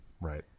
right